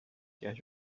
quer